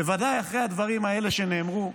בוודאי אחרי הדברים האלה שנאמרו,